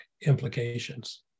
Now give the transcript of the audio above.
implications